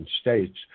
states